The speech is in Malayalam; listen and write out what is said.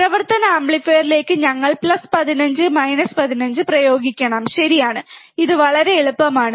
പ്രവർത്തന ആംപ്ലിഫയറിലേക്ക് ഞങ്ങൾ 15 15 പ്രയോഗിക്കണം ശരിയാണ് ഇത് വളരെ എളുപ്പമാണ്